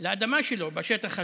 לאדמה שלו בשטח הזה,